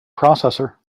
processor